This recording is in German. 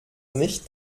nicht